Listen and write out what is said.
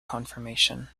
confirmation